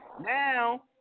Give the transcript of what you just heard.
Now